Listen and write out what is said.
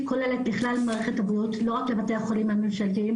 - הכוללת בכלל את מערכת הבריאות לא רק את בתי החולים הממשלתיים,